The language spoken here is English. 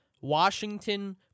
Washington